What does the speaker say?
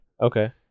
Okay